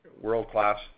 world-class